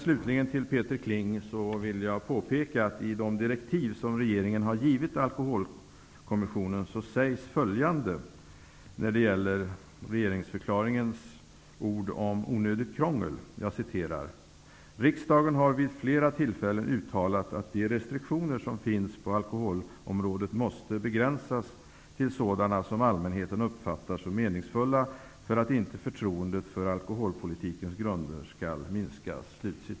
Slutligen vill jag för Peter Kling påpeka att i de direktiv som regeringen har givit till Alkoholkommissionen sägs följande när det gäller regeringsförklaringens ord om onödigt krångel: ''Riksdagen har vid flera tillfällen uttalat att de restriktioner som finns på alkoholområdet måste begränsas till sådana som allmänheten uppfattar som meningsfulla för att inte förtroendet för alkoholpolitikens grunder skall minska.''